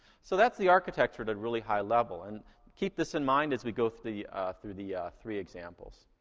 so that's the architecture at a really high level, and keep this in mind as we go through the through the ah three examples.